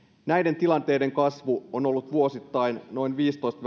näiden tilanteiden kasvu on ollut vuosittain noin viisitoista